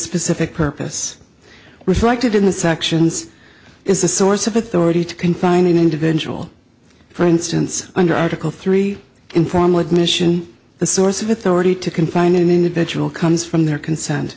specific purpose reflected in the sections is the source of authority to confine an individual for instance under article three informal admission the source of authority to confine an individual comes from their consent